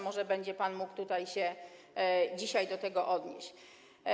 Może będzie pan mógł tutaj się dzisiaj do tego odnieść.